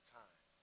time